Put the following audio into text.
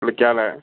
വിളിക്കാം അല്ലേ